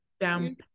down